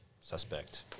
suspect